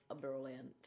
brilliant